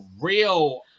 real